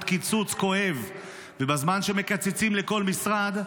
קיצוץ כואב ובזמן שמקצצים לכל משרד,